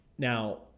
Now